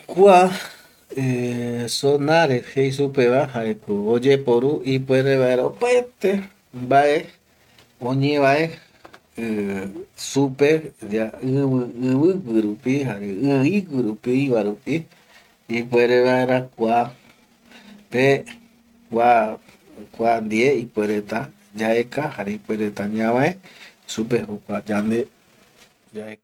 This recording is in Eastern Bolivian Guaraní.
Kua eh zonare jei supeva jaeko oyeporu ipuere vaera opaete mbae oñevae eh supe ivigui rupi jare i igui rupi ipuere vaera kuape kua ndie ipuereta yaeka jare ipuereta ñavae supe jokua yande yaekva